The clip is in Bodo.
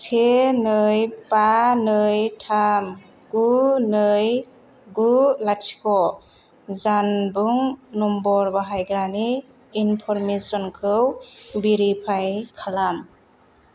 से नै बा नै थाम गु नै गु लाथिख जानबुं नम्बर बाहायग्रानि इनफ'रमेसनखौ भेरिफाइ खालाम